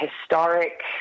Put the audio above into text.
historic